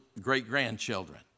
great-grandchildren